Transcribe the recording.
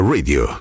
Radio